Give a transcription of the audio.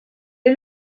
est